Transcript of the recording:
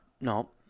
No